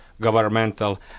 governmental